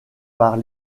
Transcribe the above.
par